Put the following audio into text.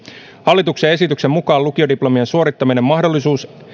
hallituksen esityksen mukaan lukiodiplomien suorittamisen mahdollisuus